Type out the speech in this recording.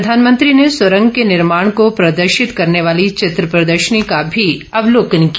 प्रधानमंत्री ने सुरंग के निर्माण को प्रदर्शित करने वाली चित्र प्रदर्शनी का भी अवलोकन किया